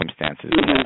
circumstances